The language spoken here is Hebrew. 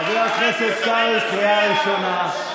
חבר הכנסת קרעי, קריאה ראשונה.